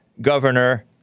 Governor